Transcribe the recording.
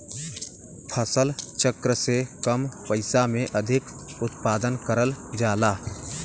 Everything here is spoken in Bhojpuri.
फसल चक्र से कम पइसा में अधिक उत्पादन करल जाला